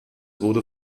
wurde